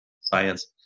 science